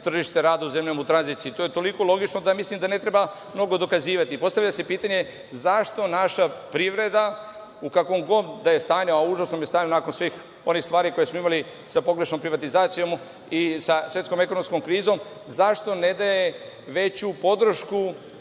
tržište rada u zemljama u tranziciji. To je toliko logično da mislim da ne treba mnogo dokazivati. Postavlja se pitanje zašto naša privreda u kakvom god da je stanju, a u užasnom je stanju nakon svih onih stvari koje smo imali sa pogrešnom privatizacijom i sa svetskom ekonomskom krizom, zašto ne daje veću podršku,